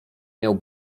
miał